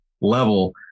level